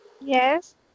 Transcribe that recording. Yes